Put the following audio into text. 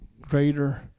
greater